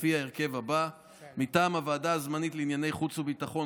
לפי ההרכב הבא: מטעם הוועדה הזמנית לענייני חוץ וביטחון,